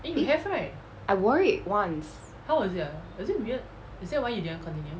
eh I wore it once